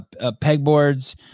pegboards